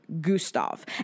Gustav